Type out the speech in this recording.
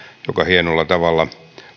hienolla tavalla